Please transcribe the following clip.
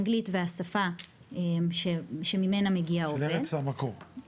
אנגלית והשפה של ארץ המקור של העובד.